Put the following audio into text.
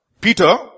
Peter